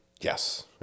Yes